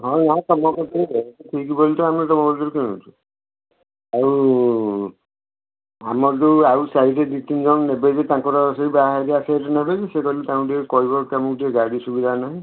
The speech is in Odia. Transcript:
ହଁ ନା ତୁମ କତିରୁ ନେବି ଠିକ୍ ବୋଲି ତ ଆମେ ତୁମ ପାଖରୁ କିଣୁଛୁ ଆଉ ଆମର ଯେଉଁ ଆଉ ସାହିରେ ଦୁଇ ତିନି ଜଣ ନେବେବି ତାଙ୍କର ସେହି ବାହାଘରିଆ ଆସି ଏଇଠି ନେବେବି ସିଏ କହିଲେ ତାଙ୍କୁ ଟିକିଏ କହିବ କାରଣ ଟିକିଏ ଗାଡ଼ି ସୁବିଧା ନାହିଁ